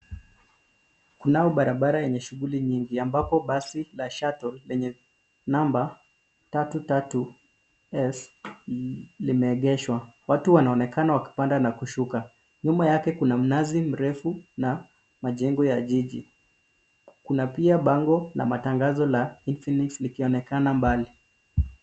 Kunao barabara yenye shughuli nyingi ambapo basi la shuttle lenye namba tatu tatu S limeegshwa. Watu wanaonekana wakipanda na kushuka. Nyuma yake kuna mnazi mrefu na majengo ya jiji. Kuna pia bango na matangazo la infinix likionekana mbali.